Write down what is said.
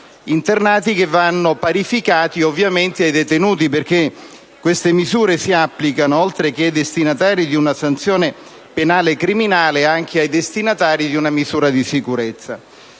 internati, che vanno parificati ovviamente ai detenuti. Infatti queste misure si applicano, oltre che ai destinatari di una sanzione penale criminale, anche ai destinatari di una misura di sicurezza.